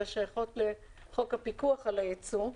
אלא שייכות לחוק הפיקוח על היצוא,